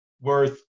worth